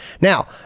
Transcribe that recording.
now